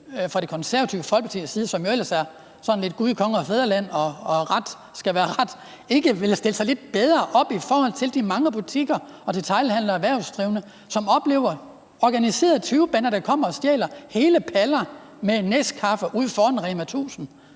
i Det Konservative Folkeparti, som ellers står for Gud, konge og fædreland, og at ret skal være ret, vil bakke lidt mere op om de mange butikker, detailhandlere og erhvervsdrivende, som oplever organiserede tyvebander, der kommer og stjæler – f.eks. stjæler hele paller med neskaffe ude foran Rema 1000.